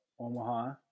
Omaha